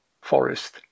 Forest